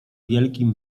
wielkim